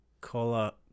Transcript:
Cola